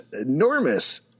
enormous